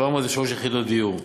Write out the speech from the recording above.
703 יחידות דיור.